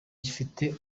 gifite